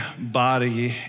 body